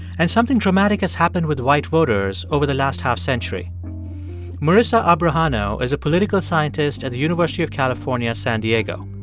and something dramatic has happened with white voters over the last half-century. marisa abrajano is a political scientist at the university of california, san diego.